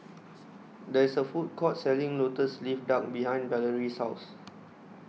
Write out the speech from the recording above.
There IS A Food Court Selling Lotus Leaf Duck behind Valorie's House